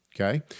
okay